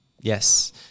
Yes